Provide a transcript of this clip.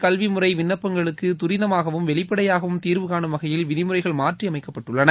கல்விமுறை விண்ணப்பங்களுக்கு துரிதமாகவும் வெளிப்படையாகவும் தீர்வுகாணும் வகையில் விதிமுறைகள் மாற்றி அமைக்கப்பட்டுள்ளன